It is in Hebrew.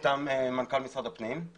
מטעם מנכ"ל משרד הפנים.